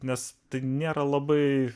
nes tai nėra labai